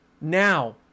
now